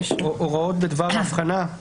זה נוסף לחוק הוראות מיוחדות הקודם,